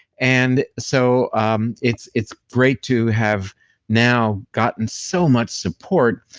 and so it's it's great to have now gotten so much support.